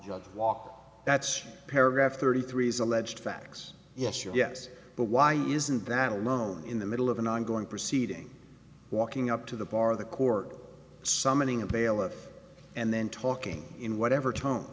the walk that's paragraph thirty three's alleged facts yes yes but why isn't that alone in the middle of an ongoing proceeding walking up to the bar the court summoning a bailiff and then talking in whatever tone